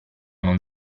non